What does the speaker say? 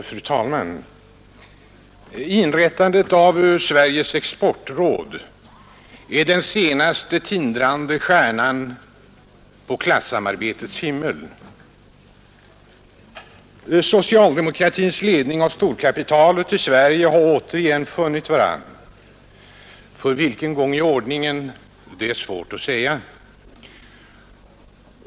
Fru talman! Inrättandet av Sveriges exportråd är den senaste tindrande stjärnan på klassamarbetets himmel. Socialdemokratins led ning och storkapitalet i Sverige har återigen funnit varandra. För vilken gång i ordningen är svårt att ange.